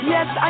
Yes